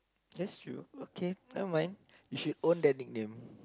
that's true okay never mind you should own that nickname